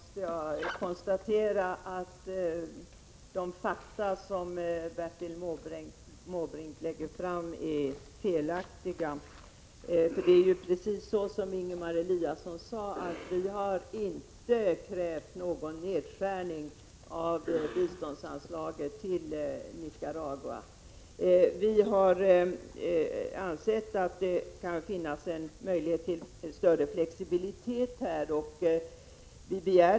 Herr talman! För andra gången måste jag konstatera att de fakta som Bertil Måbrink lägger fram är felaktiga. Det är precis så som Ingemar Eliasson sade: vi har inte krävt någon nedskärning av biståndsanslaget till Nicaragua. Vi har ansett att det behövs en större flexibilitet.